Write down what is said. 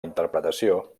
interpretació